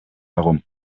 herum